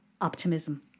optimism